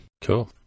cool